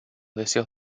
deseos